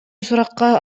суракка